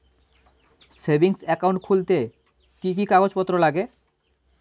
Savings account খুলতে কি কি কাগজপত্র লাগে?